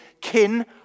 Kin